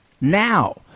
now